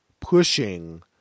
pushing